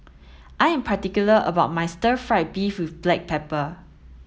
I am particular about my stir fried beef with black pepper